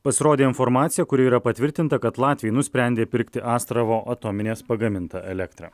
pasirodė informacija kuri yra patvirtinta kad latviai nusprendė pirkti astravo atominės pagamintą elektrą